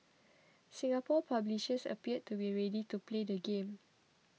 Singapore publishers appear to be ready to play the game